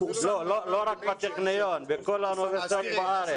לא רק בטכניון, בכל האוניברסיטאות בארץ.